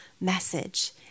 message